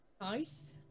nice